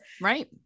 Right